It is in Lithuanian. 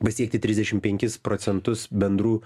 pasiekti trisdešimt penkis procentus bendrų